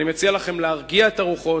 אני מציע לכם להרגיע את הרוחות,